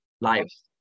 lives